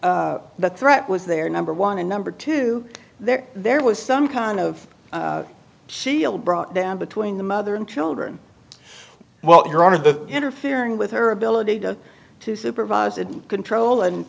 the threat was their number one and number two there there was some kind of shield brought down between the mother and children well you're out of the interfering with her ability to supervise and control and